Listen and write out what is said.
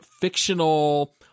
fictional